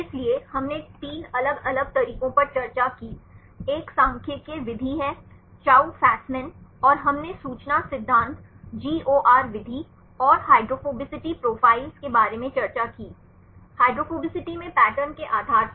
इसलिए हमने तीन अलग अलग तरीकों पर चर्चा की एक सांख्यिकीय विधि है चाउ फेसमैन और हमने सूचना सिद्धांत GOR विधि और हाइड्रोफोबिसिटी प्रोफाइल के बारे में चर्चा की हाइड्रोफोबिसिटी में पैटर्न के आधार पर